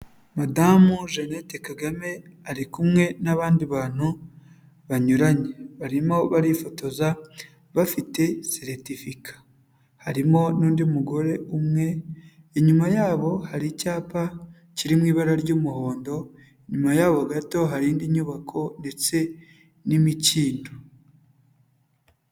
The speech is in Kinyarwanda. Madamu Jeannette Kagame ari kumwe n'abandi bantu banyuranye. Barimo barifotoza bafite seritifika. Harimo n'undi mugore umwe, inyuma yabo hari icyapa kiri mu ibara ry'umuhondo nyuma yaho gato hari indi nyubako ndetse n'imikindo.